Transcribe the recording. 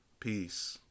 Peace